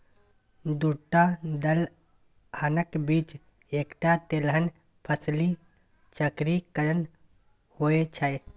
दूटा दलहनक बीच एकटा तेलहन फसली चक्रीकरण होए छै